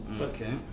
Okay